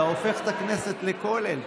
אתה הופך את הכנסת לכולל,